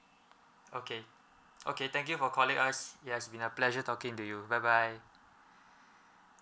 okay okay thank you for calling us yes been a pleasure talking to you bye bye